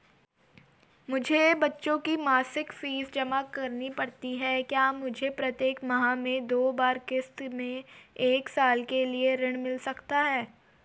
मुझे बच्चों की मासिक फीस जमा करनी पड़ती है क्या मुझे प्रत्येक माह में दो बार किश्तों में एक साल के लिए ऋण मिल सकता है?